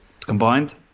combined